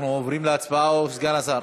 אנחנו עוברים להצבעות, סגן השר.